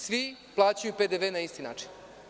Svi plaćaju PDV na isti način.